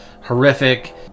horrific